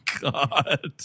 god